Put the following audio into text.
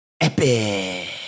Epic